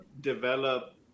develop